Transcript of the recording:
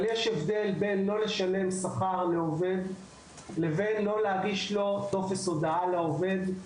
אבל יש הבדל בין לא לשלם שכר לעובד לבין לא להגיש לו טופס הודעה לעובד.